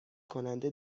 کننده